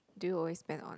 do you always spend on